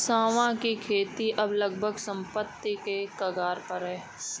सांवा की खेती अब लगभग समाप्ति के कगार पर है